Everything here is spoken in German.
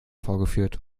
vorgeführt